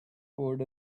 poured